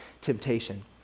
temptation